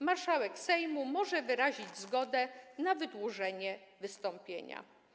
Marszałek Sejmu może wyrazić zgodę na wydłużenie wystąpienia.